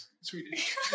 Swedish